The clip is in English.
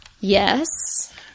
Yes